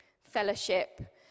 fellowship